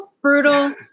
brutal